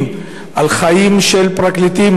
איומים על חיים של פרקליטים,